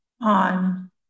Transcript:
on